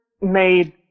made